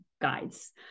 guides